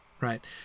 right